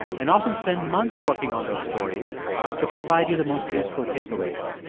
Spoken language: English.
and often spend months working on those stories to provide you the most useful takeaways.